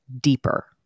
deeper